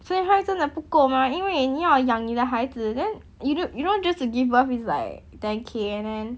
所以他会真的不够 mah 因为你要养你的孩子 then you know you know just to give birth is like ten K and then